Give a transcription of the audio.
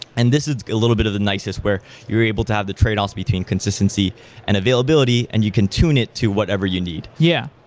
and this is a little bit of the nicest where you're able to have the trade-offs between consistency and availability and you can tune it to whatever you need. yeah.